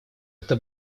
это